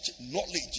knowledge